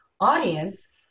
audience